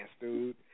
dude